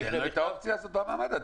תן לו את האופציה הזאת במעמד הזה.